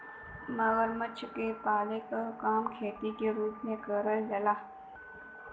मगरमच्छ के पाले क काम खेती के रूप में करल जाला